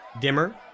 Dimmer